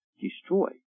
destroy